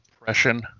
oppression